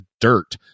dirt